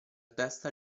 testa